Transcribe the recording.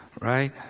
right